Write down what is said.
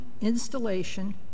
installation